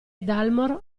dalmor